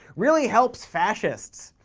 really helps fascists,